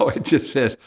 it just says,